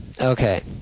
Okay